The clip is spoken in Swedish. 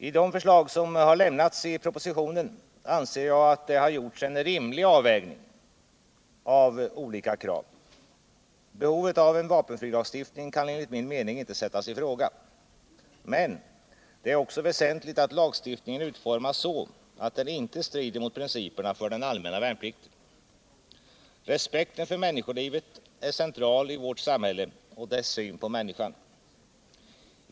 I de förslag som har lämnats i propositionen anser jag att det har gjorts en rimlig avvägning mellan olika krav. Behovet av en vapenfrilagstiftning kan enligt min mening inte sättas i fråga. Men det är också väsentligt att lagstiftningen utformas så, att den inte strider mot principerna för den allmänna värnplikten. Respekten för människolivet är central i vårt samhälle och dess syn på människan.